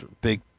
big